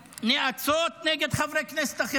והוא מגיע לכאן ומחלק גם שקרים וגם נאצות נגד חברי כנסת אחרים.